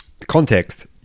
context